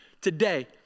today